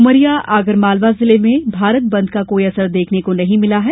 उमरिया आगरमालवा जिले में भारत बंद का कोई असर देखने को नहीं मिला है